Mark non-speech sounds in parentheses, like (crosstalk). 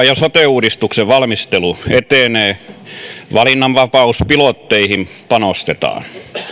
(unintelligible) ja sote uudistuksen valmistelu etenee valinnanvapauspilotteihin panostetaan